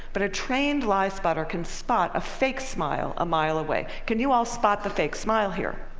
but a trained liespotter can spot a fake smile a mile away. can you all spot the fake smile here?